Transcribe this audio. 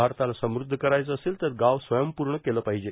भारताला समृद्ध करायचं असेल तर गाव स्वयंपूर्ण केलं पाहिजे